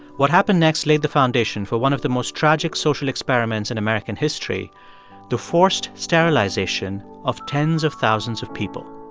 what happened next laid the foundation for one of the most tragic social experiments in american history the forced sterilization of tens of thousands of people